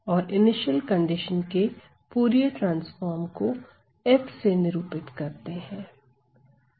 और initial condition के Fourier transform को F से निरूपित करते हैं